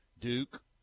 Duke